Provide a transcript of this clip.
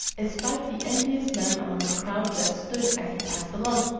espied the envious man among the crowd that stood as he passed along,